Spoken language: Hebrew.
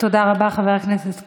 תודה רבה, חבר הכנסת כץ.